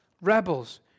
rebels